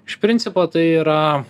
iš principo tai yra